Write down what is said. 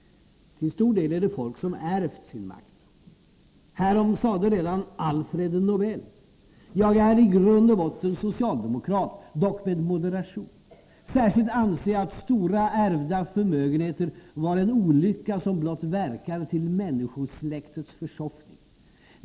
Till stor del är det folk som ärvt sin makt. Härom sade redan Alfred Nobel: ”Jag är i grund och botten socialdemokrat, dock med moderation; särskilt anser jag stora ärvda förmögenheter vara en olycka som blott verkar till människosläktets försoffning.